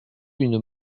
une